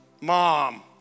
Mom